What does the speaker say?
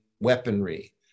weaponry